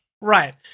Right